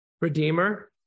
redeemer